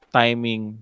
timing